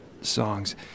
songs